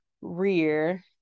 rear